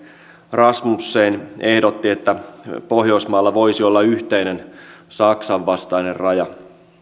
rasmussen ehdotti että pohjoismailla voisi olla yhteinen saksan vastainen raja